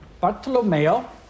Bartolomeo